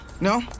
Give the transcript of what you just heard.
no